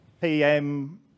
PM